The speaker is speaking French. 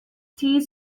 obtient